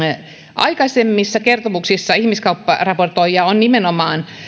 aikaisemmissa kertomuksissa ihmiskaupparaportoija on nimenomaan